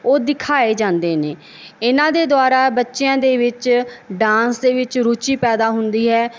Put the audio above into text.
ਉਹ ਦਿਖਾਏ ਜਾਂਦੇ ਨੇ ਇਨ੍ਹਾਂ ਦੇ ਦੁਆਰਾ ਬੱਚਿਆਂ ਦੇ ਵਿੱਚ ਡਾਂਸ ਦੇ ਵਿੱਚ ਰੁਚੀ ਪੈਦਾ ਹੁੰਦੀ ਹੈ